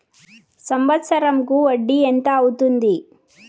సంవత్సరం కు వడ్డీ ఎంత అవుతుంది?